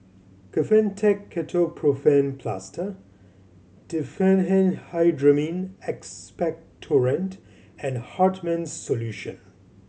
Kefentech Ketoprofen Plaster Diphenhydramine Expectorant and Hartman's Solution